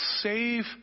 save